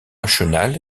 chenal